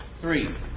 three